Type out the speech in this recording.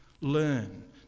learn